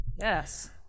Yes